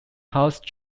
house